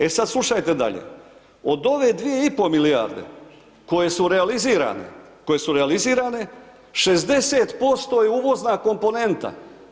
E sad slušajte dalje, od ove 2,5 milijarde koje su realizirane, koje su realizirane, 60% je uvozna komponenta.